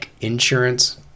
insurance